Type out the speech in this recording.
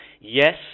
yes